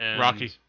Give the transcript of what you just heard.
Rocky